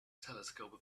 telescope